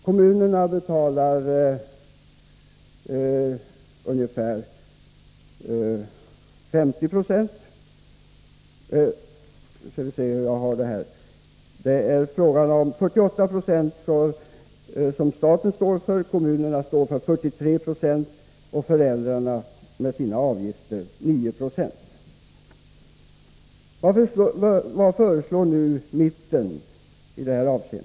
Kommunerna svarar för 43 96, och föräldrarna betalar med sina avgifter 9 Jo. Vad föreslår nu mitten i det avseendet?